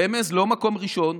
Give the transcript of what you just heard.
רמז: לא מקום ראשון,